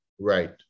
Right